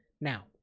Now